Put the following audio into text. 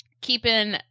keeping